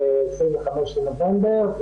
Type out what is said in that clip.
ב-25 בנובמבר,